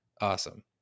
Awesome